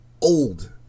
old